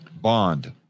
bond